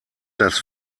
das